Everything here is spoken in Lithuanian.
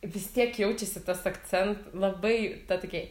vis tiek jaučiasi tas akcen labai ta tokia